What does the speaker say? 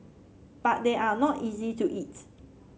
but they are not easy to eat